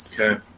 okay